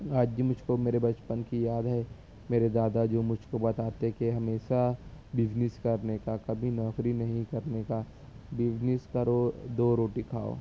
آج بھی مجھ کو میرے بچپن کی یاد ہے میرے دادا جو مجھ کو بتاتے کہ ہمیسہ بزنس کرنے کا کبھی نوکری نہیں کرنے کا بزنس کرو دو روٹی کھاؤ